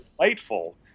delightful